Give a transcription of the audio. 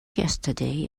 yesterday